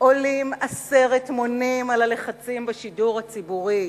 עולים עשרת מונים על הלחצים מפוליטיקאים בשידור הציבורי.